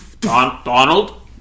Donald